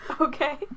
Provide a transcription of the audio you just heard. Okay